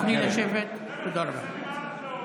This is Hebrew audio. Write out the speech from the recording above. תודה רבה.